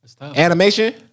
Animation